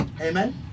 Amen